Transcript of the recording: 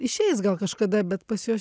išeis gal kažkada bet pas juos